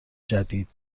جدید